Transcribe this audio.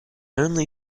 only